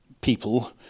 people